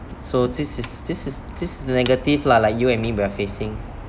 so this is this is this negative lah like you and me we are facing